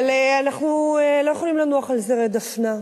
אבל אנחנו לא יכולים לנוח על זרי דפנה,